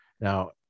now